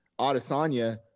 Adesanya